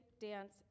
dance